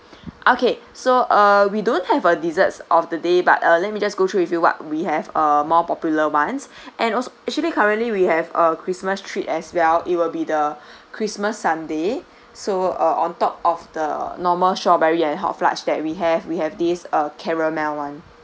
okay so uh we don't have a desserts of the day but uh let me just go through with you what we have uh more popular ones and als~ actually currently we have a christmas treat as well it will be the christmas sundae so uh on top of the normal strawberry and hot fludge that we have we have this uh caramel [one]